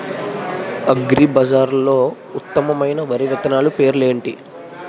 అగ్రిబజార్లో ఉత్తమమైన వరి విత్తనాలు పేర్లు ఏంటి?